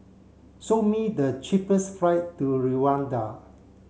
show me the cheapest flight to Rwanda